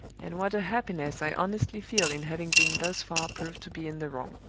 and what a happiness i honestly feel in having been thus far proved to be in the wrong.